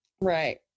Right